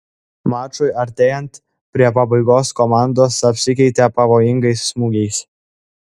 mačui artėjant prie pabaigos komandos apsikeitė pavojingais smūgiais